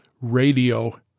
radio